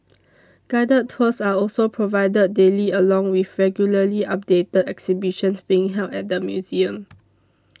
guided tours are also provided daily along with regularly updated exhibitions being held at the museum